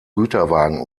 güterwagen